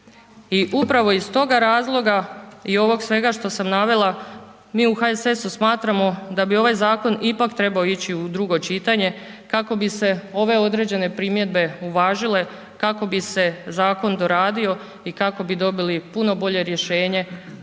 I upravo iz toga razloga i ovog svega što sam navela, mi u HSS-u smatramo da bi ovaj zakon ipak trebao ići u drugo čitanje kako bi se ove određene primjedbe uvažile, kako bi se zakon doradio i kako bi dobili puno bolje rješenje,